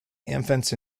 infants